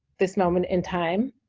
this moment in time,